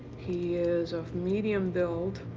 he is of medium build.